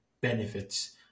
benefits